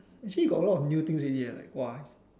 actually got a lot of new things already like got why